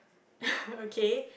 okay